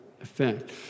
effect